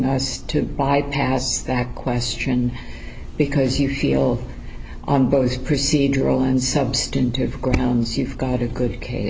us to bypass that question because you feel on both procedural and substantive grounds you've got a good case